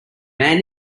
man